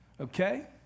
Okay